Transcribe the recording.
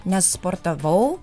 nes sportavau